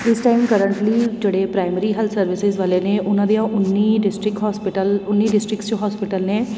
ਇਸ time currently ਜਿਹੜੇ primary health services ਵਾਲੇ ਨੇ ਉਹਨਾਂ ਦੀਆਂ ਉੱਨੀ ਡਿਸਟ੍ਰਿਕਟ ਹੋਸਪਿਟਲ ਉੱਨੀ ਡਿਸਟ੍ਰਿਕਟ 'ਚ ਹੋਸਪਿਟਲ ਨੇ